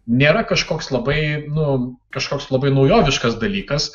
nėra kažkoks labai nu kažkoks labai naujoviškas dalykas